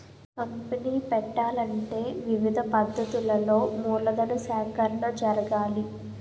company పెట్టాలంటే వివిధ పద్ధతులలో మూలధన సేకరణ జరగాలి